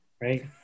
right